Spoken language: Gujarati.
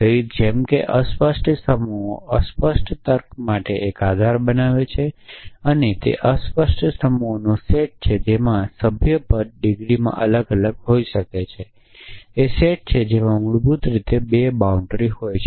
તેથી જેમ કે અસ્પષ્ટ સમૂહો અસ્પષ્ટ તર્ક માટે એક આધાર બનાવે છે અને અસ્પષ્ટ સમૂહો તે સેટ છે જેમાં સભ્યપદ ડિગ્રીમાં અલગ અલગ હોઈ શકે છે તે સેટ છે જે મૂળભૂત રીતે 2 બાઉન્ડ્રી હોય છે